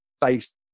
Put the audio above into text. based